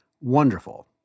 wonderful